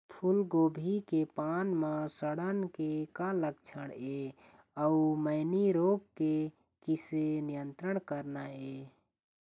फूलगोभी के पान म सड़न के का लक्षण ये अऊ मैनी रोग के किसे नियंत्रण करना ये?